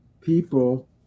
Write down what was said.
people